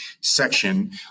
section